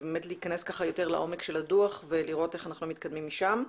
להכנס יותר לעומק של הדו"ח ולראות איך אנחנו מתקדמים משם.